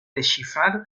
desxifrar